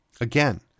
Again